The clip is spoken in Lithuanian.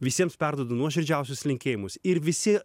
visiems perduodu nuoširdžiausius linkėjimus ir visi